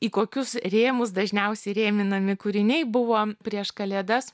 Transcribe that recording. į kokius rėmus dažniausiai rėminami kūriniai buvo prieš kalėdas